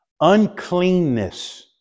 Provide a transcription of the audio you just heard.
uncleanness